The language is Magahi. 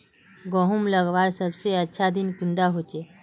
गहुम लगवार सबसे अच्छा दिन कुंडा होचे?